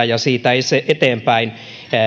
ja siitä eteenpäin